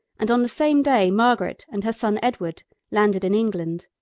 and on the same day margaret and her son edward landed in england.